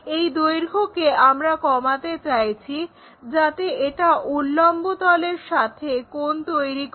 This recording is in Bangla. এই দৈর্ঘ্যকে আমরা কমাতে চাইছি যাতে এটা উল্লম্ব তলের সাথে কোণ তৈরি করে